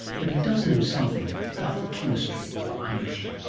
but he does know something about the chemistry of irish.